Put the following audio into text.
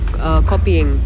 copying